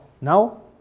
Now